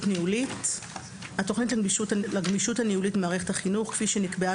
ניהולית" התכנית לגמישות הניהולית במערכת החינוך כפי שנקבעה